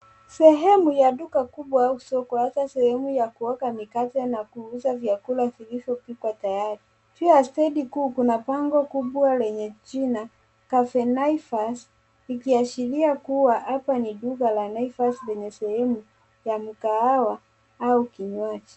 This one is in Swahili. Sehemu ya duka kubwa au soko hasa sehemu ya kuoka mikate na kuuza vyakula vilivyopikwa tayari. Juu ya stand kuu, kuna bango kubwa lenye jina cafe naivas, likiashiria kuwa hapa ni duka la Naivas yenye sehemu ya mkahawa au kinywaji.